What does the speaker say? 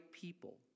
people